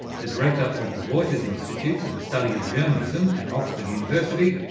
the director of the reuters institute for the study of journalism at oxford university.